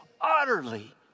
utterly